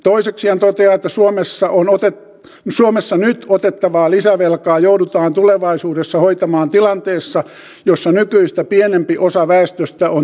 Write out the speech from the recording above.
toiseksi hän toteaa että suomessa nyt otettavaa lisävelkaa joudutaan tulevaisuudessa hoitamaan tilanteessa jossa nykyistä pienempi osa väestöstä on työiässä